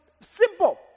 simple